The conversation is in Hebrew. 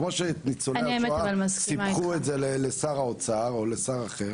כמו שאת ניצולי השואה סיפחו לשר האוצר או לשר אחר,